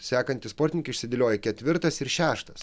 sekantys sportininkai išsidėlioja ketvirtas ir šeštas